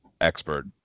expert